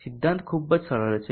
સિદ્ધાંત ખૂબ જ સરળ છે